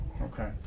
okay